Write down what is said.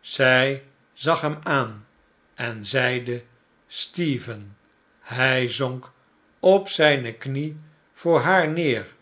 zij zag hem aan en zeide stephen hij zonk op zijne knie voor haar neer